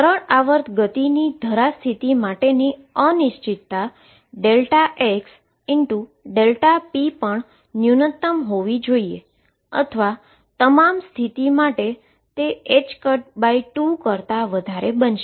simple harmonic પોટેંશીઅલની ground state માટેની uncertainty xΔp પણ ન્યૂનતમ હોવી જોઈએ અથવા અન્ય તમામ સ્થિતિ માટે તે 2 કરતા વધારે બનશે